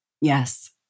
Yes